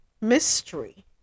mystery